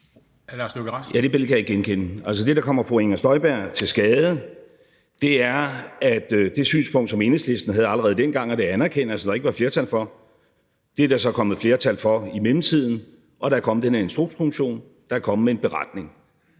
billede kan jeg ikke genkende. Altså, det, der kommer fru Inger Støjberg til skade, er, at det synspunkt, som Enhedslisten havde allerede dengang – og det anerkender jeg – og som der var ikke var flertal for, er der så kommet flertal for i mellemtiden, og der er kommet den her Instrukskommission, der er kommet med en beretning,